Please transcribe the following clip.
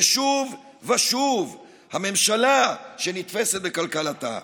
זה שוב ושוב הממשלה שנתפסת בקלקלתה,